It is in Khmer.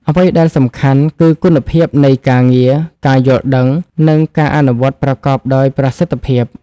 អ្វីដែលសំខាន់គឺ គុណភាពនៃការងារ ការយល់ដឹង និងការអនុវត្តប្រកបដោយប្រសិទ្ធភាព។